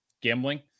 gambling